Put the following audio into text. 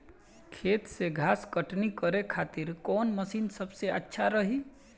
खेत से घास कटनी करे खातिर कौन मशीन सबसे अच्छा रही?